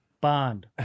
Bond